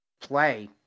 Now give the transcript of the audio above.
play